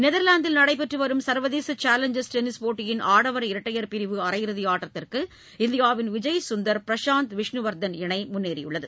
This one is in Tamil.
நெதர்லாந்தில் நடைபெற்று வரும் சர்வதேச சேலஞ்சர்ஸ் டென்னிஸ் போட்டியின் ஆடவர் இரட்டையர் பிரிவு அரையிறுதி ஆட்டத்துக்கு இந்தியாவின் விஜய் சுந்தர் பிரஷாந்த் விஷ்ணுவர்தன் இணை முன்னேறியுள்ளது